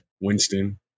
Winston